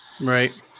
Right